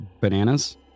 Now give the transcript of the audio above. bananas